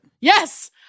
yes